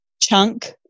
chunk